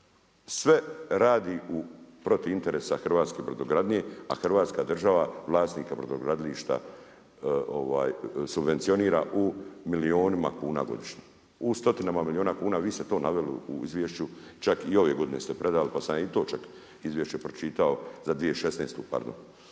sve radi protiv interesa hrvatske brodogradnje, a Hrvatska država vlasnika brodogradilišta subvencionira u milijunima kuna godišnje u stotinama milijuna kuna. Vi ste to naveli u izvješću, čak i ove godine ste predali pa sam i to čak izvješće pročitao za 2016. pardon.